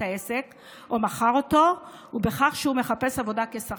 העסק או מכר אותו ובכך שהוא מחפש עבודה כשכיר.